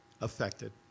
affected